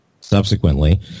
subsequently